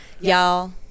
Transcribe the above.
Y'all